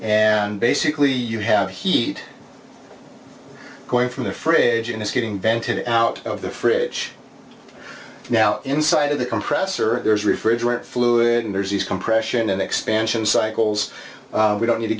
and basically you have heat going from the fridge and it's getting vented out of the fridge now inside of the compressor there's refrigerant fluid and there's these compression and expansion cycles we don't need to